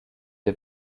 der